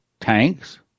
Tanks